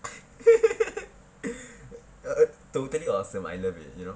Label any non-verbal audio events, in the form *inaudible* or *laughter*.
*laughs* err totally awesome I love it you know